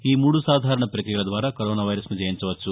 ఈ మూడు సాధారణ ప్రక్రియల ద్వారా కరోనా వైరస్ను జయించవచ్చు